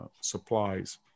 supplies